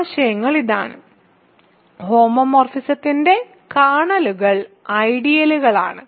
ആശയങ്ങൾ ഇതാണ് ഹോമോമോർഫിസത്തിന്റെ കേർണലുകൾ ഐഡിയലുകളാണ്